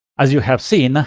as you have seen, ah